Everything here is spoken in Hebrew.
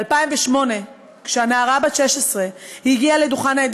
ב-2008, כשהנערה בת 16, היא הגיעה לדוכן העדים